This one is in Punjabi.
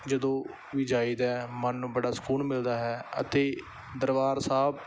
ਜਦੋਂ ਵੀ ਜਾਈਦਾ ਮਨ ਨੂੰ ਬੜਾ ਸਕੂਨ ਮਿਲਦਾ ਹੈ ਅਤੇ ਦਰਬਾਰ ਸਾਹਿਬ